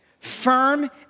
Firm